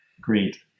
Great